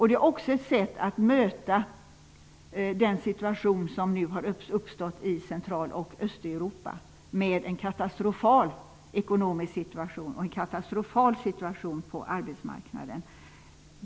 Det är också ett sätt att möta den situation som nu har uppstått i Central och Östeuropa. Där råder en katastrofal situation i ekonomin och på arbetsmarknaden.